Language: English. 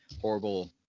horrible